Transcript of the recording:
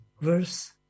verse